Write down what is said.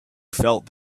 felt